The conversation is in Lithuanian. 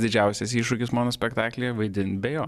didžiausias iššūkis monospektaklyje vaidint be jo